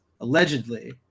allegedly